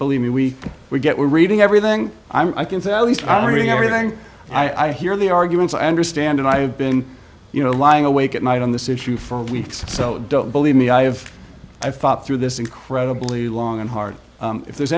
believe me we we get we're reading everything i can se i mean everything i hear the arguments i understand and i have been you know lying awake at night on this issue for weeks so don't believe me i have i thought through this incredibly long and hard if there's